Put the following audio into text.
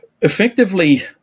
effectively